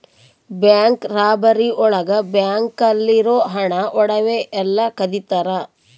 bank robbery ಒಳಗ bank ಅಲ್ಲಿರೋ ಹಣ ಒಡವೆ ಎಲ್ಲ ಕದಿತರ